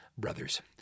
brothers